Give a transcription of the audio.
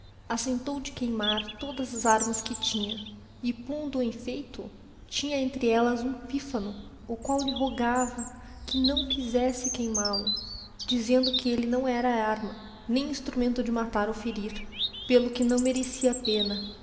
assentou de queimar todas as arraas que tinlia e pondo o em effeito tinha entre ellas hum pifano o qual lhe rogava que não quizesse queimalo dizendo que elle não era arma nem instrumento de matar ou ferir pelo que não merecia pena